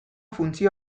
funtzio